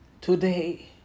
Today